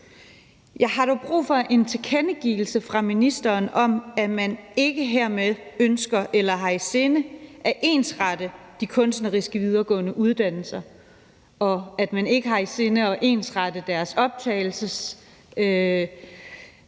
Jeg har dog brug for en tilkendegivelse fra ministeren af, at man ikke hermed ønsker eller har i sinde at ensrette de videregående kunstneriske uddannelser, og at man ikke har i sinde at ensrette deres optagelseskrav